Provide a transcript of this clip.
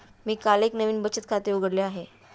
मी काल एक नवीन बचत खाते उघडले आहे